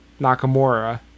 Nakamura